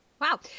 Wow